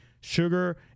Sugar